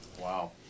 Wow